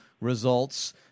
results